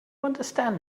understand